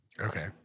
Okay